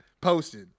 posted